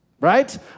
right